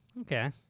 Okay